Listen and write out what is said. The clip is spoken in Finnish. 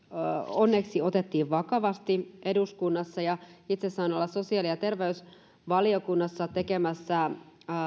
onneksi vakavasti eduskunnassa itse sain olla sosiaali ja terveysvaliokunnassa tekemässä